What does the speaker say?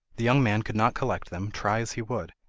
the young man could not collect them, try as he would,